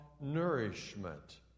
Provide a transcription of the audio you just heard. nourishment